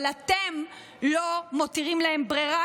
אבל אתם לא מותירים להם ברירה,